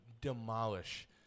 demolish